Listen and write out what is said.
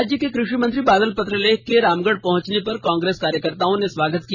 राज्य के कृषि मंत्री बादल पत्रलेख के रामगढ़ पहुंचने पर कांग्रेस कार्यकर्ताओं ने स्वागत किया